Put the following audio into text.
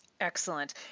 Excellent